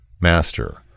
Master